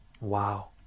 Wow